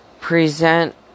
present